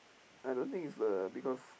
I don't think it's the because